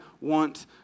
want